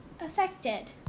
affected